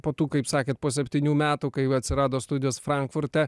po tų kaip sakėt po septynių metų kai atsirado studijos frankfurte